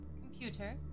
Computer